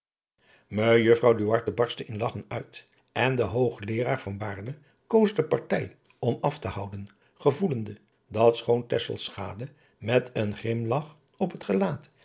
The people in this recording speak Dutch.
duarte barstte in lagchen uit en de hoogleeraar van baerle koos de partij om aftehouden gevoelende dat schoon tesselschade met een grimlach op het gelaat